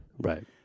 right